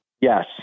Yes